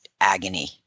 agony